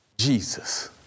Jesus